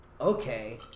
Okay